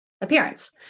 appearance